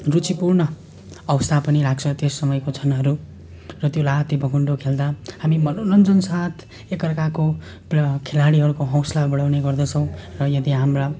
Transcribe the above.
रुचिपूर्ण अवस्था पनि लाग्छ त्यस समयको क्षणहरू र त्यो लाते भकुन्डो खेल्दा हामी मनोरञ्जन साथ एकअर्काको खेलाडीहरूको हौसला बढाउने गर्दछौँ र यदि हाम्रा